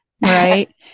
right